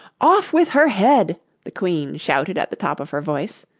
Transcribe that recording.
off with her head the queen shouted at the top of her voice.